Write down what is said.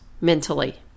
mentally